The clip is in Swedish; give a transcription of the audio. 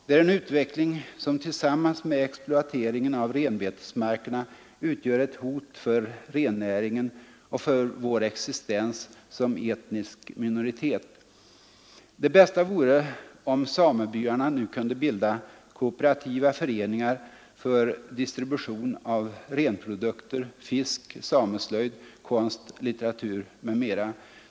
Det är en utveckling som tillsammans med exploateringen av renbetesmarkerna utgör ett hot mot rennäringen och mot vår existens som etnisk minoritet. Det bästa vore om samebyarna nu kunde bilda kooperativa föreningar för distribution av renprodukter, fisk, sameslöjd, konst, litteratur m.m.